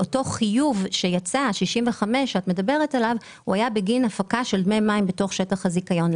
אותו חיוב של 65 היה בגין הפקה של דמי מים בתוך שטח הזיכיון.